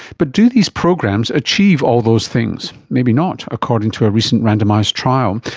but do these programs achieve all those things? maybe not according to a recent randomised trial.